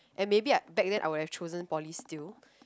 and maybe I back then I would have chosen poly still